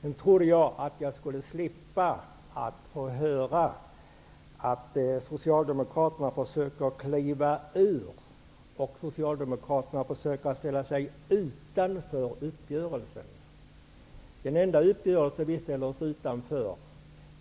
Jag trodde att jag skulle få slippa höra att Socialdemokraterna försökte kliva ur och ställa sig utanför uppgörelsen. Den enda uppgörelse som vi ställer oss utanför